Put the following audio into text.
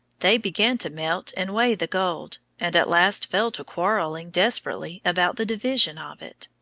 they began to melt and weigh the gold, and at last fell to quarreling desperately about the division of it.